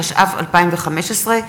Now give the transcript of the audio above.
התשע"ו 2015,